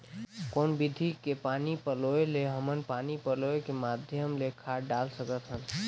कौन विधि के पानी पलोय ले हमन पानी पलोय के माध्यम ले खाद डाल सकत हन?